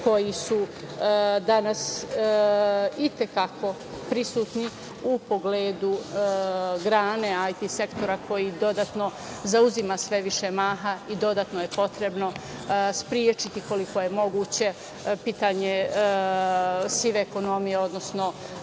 koji su danas i te kako prisutni u pogledu grane IT sektora, koji dodatno zauzima sve više maha i dodatno je potrebno sprečiti koliko je moguće pitanje sive ekonomije, odnosno